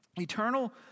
eternal